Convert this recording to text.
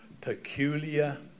peculiar